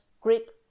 grip